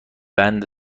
بند